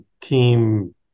team